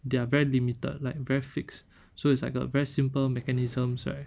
they are very limited like very fixed so it's like a very simple mechanisms right